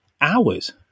hours